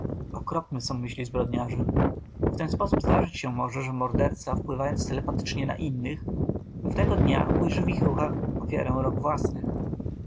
okropne są myśli zbrodniarzy w ten sposób zdarzyć się może że morderca wpływając telepatycznie na innych pewnego dnia ujrzy w ich ruchach ofiarę rąk własnych